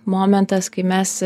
momentas kai mes